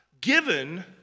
given